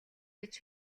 гэж